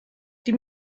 die